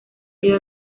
sido